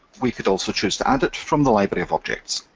we could also choose to add it from the library of objects.